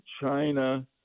China